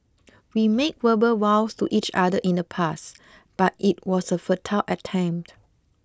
we made verbal vows to each other in the past but it was a futile attempt